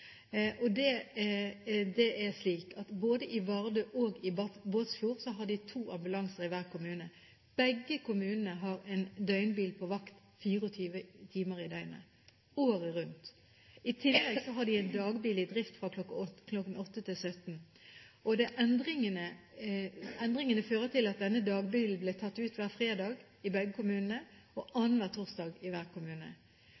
Vardø og Båtsfjord er det to ambulanser i hver kommune. Begge kommunene har en døgnbil på vakt 24 timer i døgnet – året rundt. I tillegg har de en dagbil i drift fra kl. 8 til 17 på ukedagene. Endringene førte til at dagbilen ble tatt ut hver fredag i begge kommunene, og